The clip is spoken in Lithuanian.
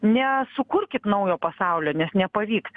nesukurkit naujo pasaulio nes nepavyks